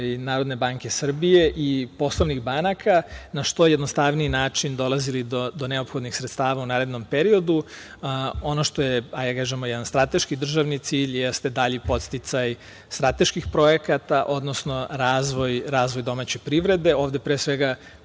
Narodne banke Srbije i poslovnih banaka, na što jednostavniji način dolazile do neophodnih sredstava u narednom periodu. Ono što je, da tako kažemo, jedan strateški državni cilj, jeste dalji podsticaj strateških projekata, odnosno razvoj domaće privrede. Ovde, pre svega,